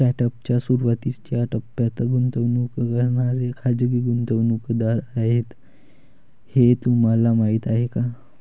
Startup च्या सुरुवातीच्या टप्प्यात गुंतवणूक करणारे खाजगी गुंतवणूकदार आहेत हे तुम्हाला माहीत आहे का?